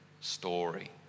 story